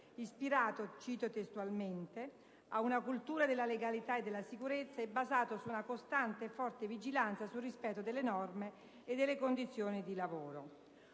ispirata - cito testualmente - «ad una cultura della legalità e sicurezza e basata su una costante e forte vigilanza sul rispetto delle norme e delle condizioni di lavoro».